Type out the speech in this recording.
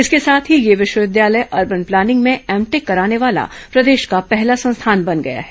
इसके साथ ही यह विश्वविद्यालय अर्बन प्लानिंग में एम टेक कराने वाला प्रदेश का पहला संस्थान बन गया है